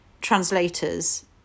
translators